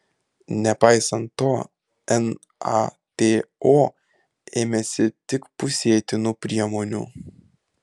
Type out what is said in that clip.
nepaisant to nato ėmėsi tik pusėtinų priemonių